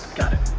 got it.